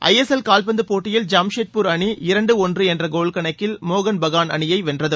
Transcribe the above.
ஐ S L கால்பந்து போட்டியில் ஐம்ஷெட்பூர் அணி இரண்டு ஒன்று என்ற கோல் கணக்கில் மோகன்பகான் அணியை வென்றது